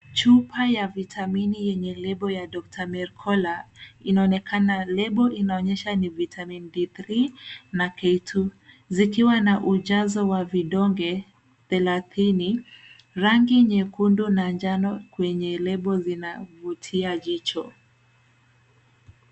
Chupa ya vitamini. Kwenye lebo, jina la chapa ni "DR. MERCOLA". Inaonyesha virutubisho ni VITAMINS D3 na K2. Chupa ina vidonge 30 na inafafanuliwa kama "DIETARY SUPPLEMENT". Rangi za lebo ni nyeusi, nyekundu, na dhahabu.